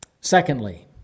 Secondly